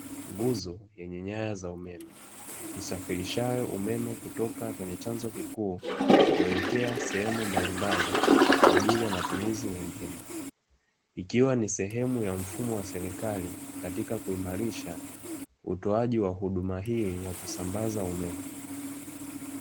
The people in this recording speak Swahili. Nguzo yenye nyaya za umeme, isafirishayo umeme kutoka kwenye chanzo kikuu kuelekea sehemu mbalimbali, kwa ajili ya matumizi mengine; ikiwa ni sehemu ya mfumo wa serikali katika kuimarisha utoaji wa huduma hii ya kusambaza umeme.